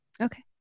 Okay